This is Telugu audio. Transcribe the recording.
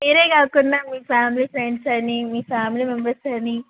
మీరే కాకుండా మీ ఫ్యామిలీ ఫ్రెండ్స్ అని మీ ఫ్యామిలీ మెంబర్స్ అని